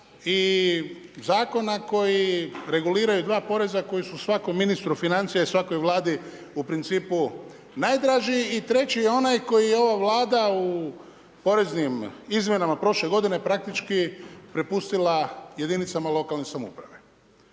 i zakona koji reguliraju dva poreza koji su svakom ministru financija i svakoj Vladi u principu najdraži. I treći je onaj koji je ova Vlada u poreznim izmjenama prošle godine praktički prepustila jedinicama lokalne samouprave.